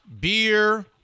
beer